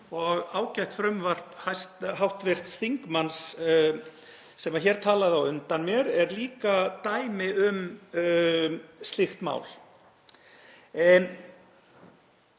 Ágætt frumvarp hv. þingmanns sem hér talaði á undan mér er líka dæmi um slíkt mál.